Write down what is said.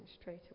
straight